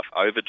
over